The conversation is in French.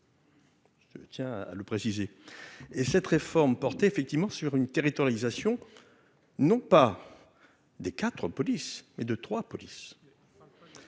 Je tiens à le préciser et cette réforme portée effectivement sur une territorialisation non pas des 4, police et deux 3 police